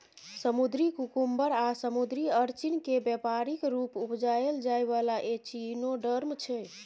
समुद्री कुकुम्बर आ समुद्री अरचिन केँ बेपारिक रुप उपजाएल जाइ बला एचिनोडर्म छै